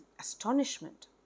astonishment